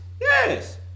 yes